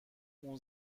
اون